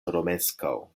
romeskaŭ